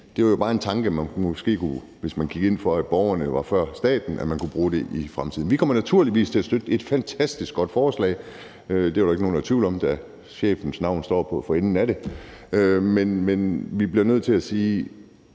bruge i fremtiden, hvis man gik ind for, at borgerne kom før staten. Vi kommer naturligvis til at støtte et fantastisk godt forslag. Det vil der ikke være nogen der er i tvivl om, da chefens navn står for enden af det, men vi bliver nødt til at sige,